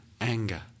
anger